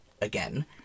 again